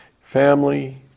family